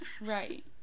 Right